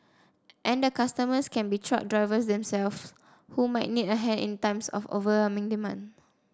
and the customers can be truck drivers themselves who might need a hand in times of overwhelming demand